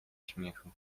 śmiechu